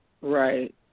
right